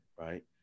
right